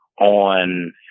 on